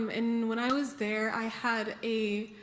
um and when i was there, i had a